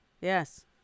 Yes